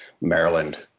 Maryland